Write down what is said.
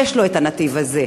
יש לו את הנתיב הזה.